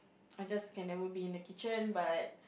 I just can never be in the kitchen but